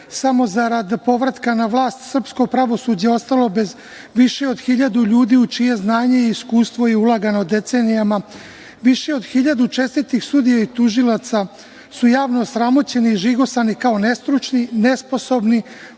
samo zarad povratka na vlast, srpsko pravosuđe ostalo bez više od 1.000 ljudi u čije znanje i iskustvo je ulagano decenijama. Više od 1.000 čestitih sudija i tužilaca su javno osramoćeni i žigosani kao nestručni, nesposobni,